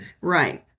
Right